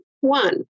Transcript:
One